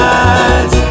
eyes